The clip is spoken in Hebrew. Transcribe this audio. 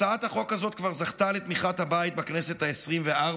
הצעת החוק הזאת כבר זכתה לתמיכת הבית בכנסת העשרים-וארבע,